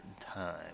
time